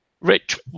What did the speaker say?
Rich